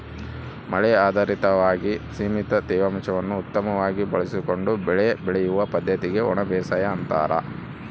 ಮಳೆ ಆಧಾರಿತವಾಗಿ ಸೀಮಿತ ತೇವಾಂಶವನ್ನು ಉತ್ತಮವಾಗಿ ಬಳಸಿಕೊಂಡು ಬೆಳೆ ಬೆಳೆಯುವ ಪದ್ದತಿಗೆ ಒಣಬೇಸಾಯ ಅಂತಾರ